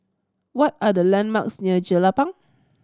what are the landmarks near Jelapang